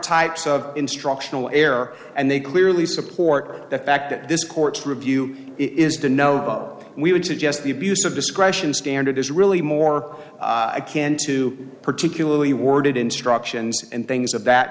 types of instructional air and they clearly support the fact that this court's review is to know we would suggest the abuse of discretion standard is really more a can to particularly worded instructions and things of that